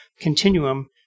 continuum